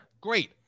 great